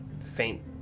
faint